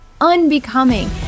unbecoming